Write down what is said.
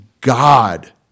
God